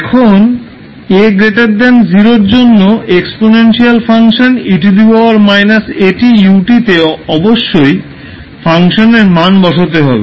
এখন a 0 এর জন্য এক্সপনেনশিয়াল ফাংশন 𝑒−𝑎𝑡𝑢𝑡 তে অবশ্যই ফাংশনের মান বসাতে হবে